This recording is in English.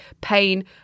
pain